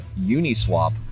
Uniswap